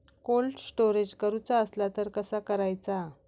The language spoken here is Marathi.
कोल्ड स्टोरेज करूचा असला तर कसा करायचा?